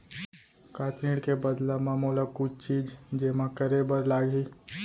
का ऋण के बदला म मोला कुछ चीज जेमा करे बर लागही?